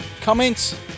comments